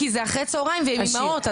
כי זה אחרי צוהריים והן אימהות,